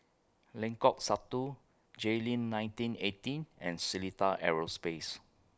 Lengkok Satu Jayleen nineteen eighteen and Seletar Aerospace